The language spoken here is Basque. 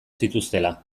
zituztela